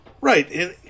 Right